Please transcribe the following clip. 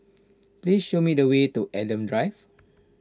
please show me the way to Adam Drive